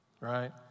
right